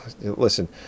Listen